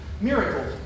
miracle